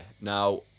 Now